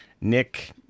Nick